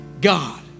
God